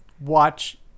watch